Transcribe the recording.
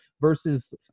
versus